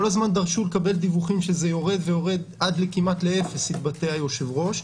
הזמן דרשו לקבל דיווחים שזה יורד ויורד עד כמעט אפס התבטא היושב-ראש.